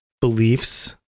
beliefs